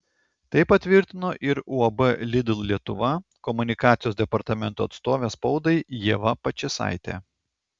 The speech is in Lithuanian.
tai patvirtino ir uab lidl lietuva komunikacijos departamento atstovė spaudai ieva pačėsaitė